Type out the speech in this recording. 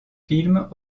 films